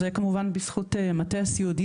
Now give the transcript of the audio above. זה כמובן בזכות מטה הסיעודיים.